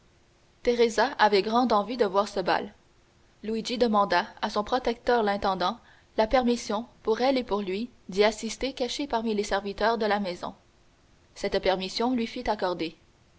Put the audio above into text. teresa avait grande envie de voir ce bal luigi demanda à son protecteur l'intendant la permission pour elle et pour lui d'y assister cachés parmi les serviteurs de la maison cette permission lui fut accordée